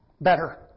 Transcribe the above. Better